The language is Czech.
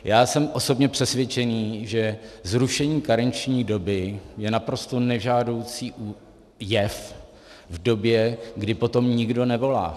Já jsem osobně přesvědčený, že zrušení karenční doby je naprosto nežádoucí jev v době, kdy po tom nikdo nevolá.